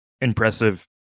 impressive